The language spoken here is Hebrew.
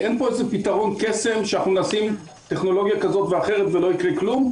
אין פה איזה פתרון קסם שנשים טכנולוגיה כזאת ואחרת ולא יקרה כלום.